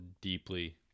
deeply